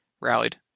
rallied